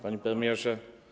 Panie Premierze!